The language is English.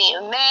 man